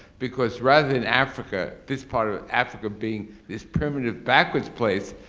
because rather than africa, this part of africa being this primitive backwards place,